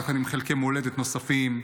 יחד עם חלקי מולדת נוספים.